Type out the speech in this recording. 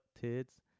tits